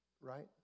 right